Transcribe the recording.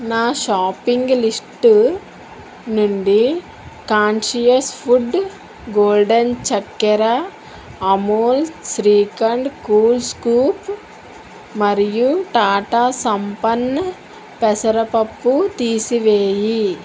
నా shopping list నుండి Conscious Food Golden చక్కెర అమూల్ శ్రీఖండ్ కూల్ స్కూప్ మరియు టాటా సంపన్న్ పెసరపప్పు తీసివేయి